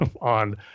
on